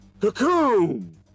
Cocoon